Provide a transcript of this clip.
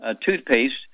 toothpaste